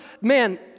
man